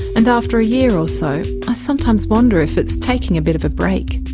and after a year or so i sometimes wonder if it's taking a bit of a break.